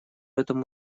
этом